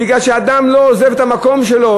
מפני שאדם לא עוזב את המקום שלו,